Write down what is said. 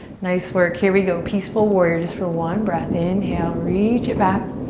nice work, here we go. peaceful warrior just for one breath. inhale, reach it back.